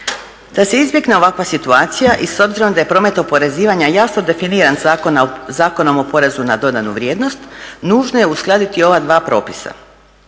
Da se izbjegne ovakva situacija i s obzirom da je promet oporezivanja jasno definiran Zakonom o porezu na dodanu vrijednost nužno je uskladiti ova dva propisa.